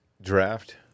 draft